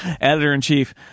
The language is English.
editor-in-chief